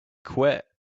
quit